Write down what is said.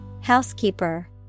housekeeper